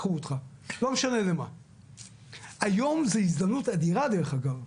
היום זה הזדמנות אדירה דרך אגב.